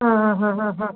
ആ ആ ആ ആ ആ